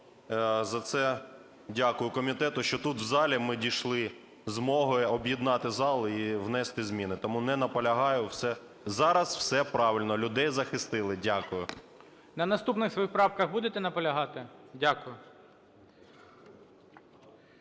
за це дякую комітету, що тут, в залі, ми дійшли змоги об'єднати зал і внести зміни. Тому не наполягаю, зараз все правильно, людей захистили. Дякую. ГОЛОВУЮЧИЙ. На наступних своїх правках будете наполягати? Дякую.